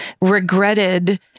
regretted